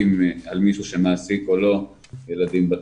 על מישהו שמעסיק או לא ילדים בצמתים.